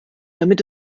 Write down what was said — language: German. damit